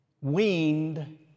weaned